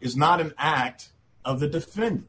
is not an act of the defendant